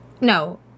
no